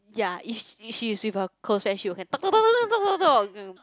yea is if she is with her close friend she will can talk talk talk talk talk talk talk